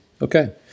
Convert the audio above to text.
Okay